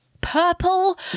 Purple